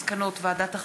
מסקנות ועדת החינוך,